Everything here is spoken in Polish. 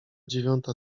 dziewiąta